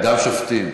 גם שופטים.